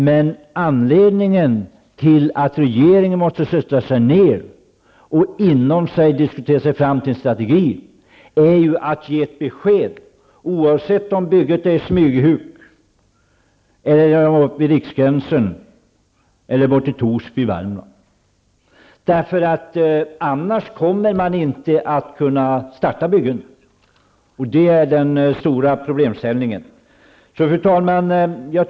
Men anledningen till att regeringen måste sätta sig ned och diskutera sig fram till en strategi är att regeringen måste ge ett besked, oavsett om det gäller ett bygge i Smygehuk, Riksgränsen eller Torsby i Värmland. Annars kommer man inte att kunna starta byggen, och det är den stora problemställningen. Fru talman!